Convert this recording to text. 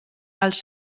als